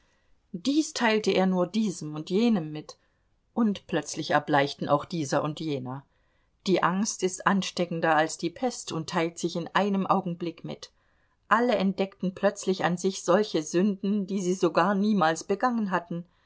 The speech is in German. dies teilte er nur diesem und jenem mit und plötzlich erbleichten auch dieser und jener die angst ist ansteckender als die pest und teilt sich in einem augenblick mit alle entdeckten plötzlich an sich solche sünden die sie sogar niemals begangen hatten